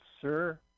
Sir